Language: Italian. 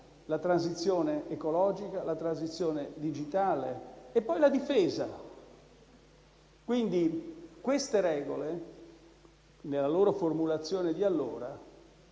la transizione ecologica, la transizione digitale e poi la difesa. Mi riferisco a queste regole nella loro formulazione di allora